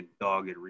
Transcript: dogged